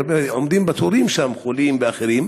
חולים ואחרים